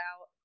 out